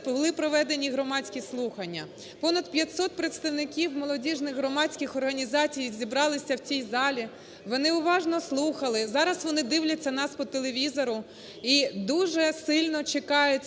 були проведені громадські слухання, понад 500 представників молодіжних громадських організацій зібралися в цій залі, вони уважно слухали, зараз вони дивляться нас по телевізору і дуже сильно чекають від депутатів,